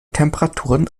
temperaturen